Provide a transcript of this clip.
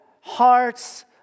heart's